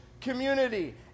community